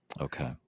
Okay